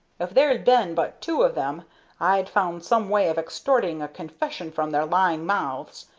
if there'd been but two of them i'd found some way of extorting a confession from their lying mouths,